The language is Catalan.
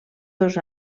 dos